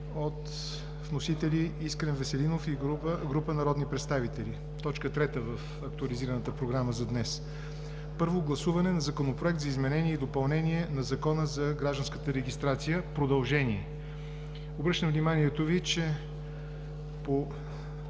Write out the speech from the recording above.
от вносители Искрен Веселинов и група народни представители. Това е точка трета в актуализираната програма за днес: първо гласуване на Законопроекта за изменение и допълнение на Закона за гражданската регистрация – продължение. Обръщам вниманието Ви, че по